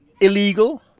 illegal